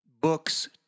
books